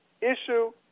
issue